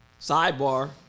sidebar